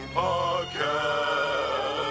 podcast